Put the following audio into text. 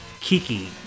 Kiki